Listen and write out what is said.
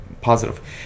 positive